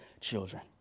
children